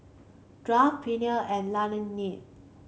Kraft Perrier and Laneige